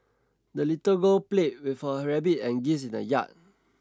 the little girl played with her rabbit and geese in the yard